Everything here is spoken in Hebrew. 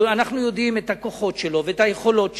שאנחנו יודעים את הכוחות שלו ואת היכולות שלו,